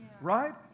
right